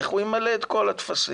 איך הוא ימלא את כל הטפסים?